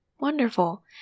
Wonderful